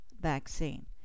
vaccine